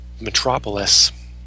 metropolis